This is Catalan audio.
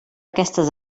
aquestes